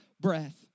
breath